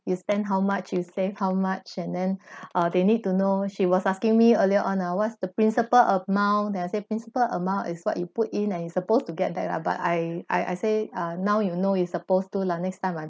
you spend how much you save how much and then they need to know she was asking me earlier on ah what's the principal amount and I said principal amount is what you put in and you supposed to get back lah but I I I say uh now you know it's supposed to lah next time ah